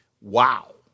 Wow